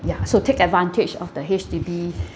ya so take advantage of the H_D_B